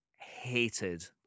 hated